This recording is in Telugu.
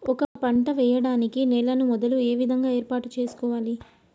ఒక పంట వెయ్యడానికి నేలను మొదలు ఏ విధంగా ఏర్పాటు చేసుకోవాలి?